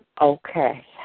Okay